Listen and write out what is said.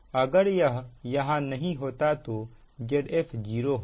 अगर यह यहां नहीं होता तो Zf 0 होता